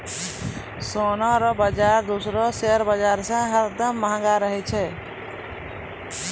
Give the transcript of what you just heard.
सोना रो बाजार दूसरो शेयर बाजार से हरदम महंगो रहै छै